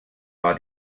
war